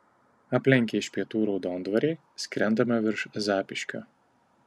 aplenkę iš pietų raudondvarį skrendame virš zapyškio